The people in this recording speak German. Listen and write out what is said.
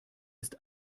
ist